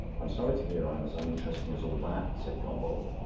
i'm sorry to hear i'm as uninteresting as all that, said gombauld.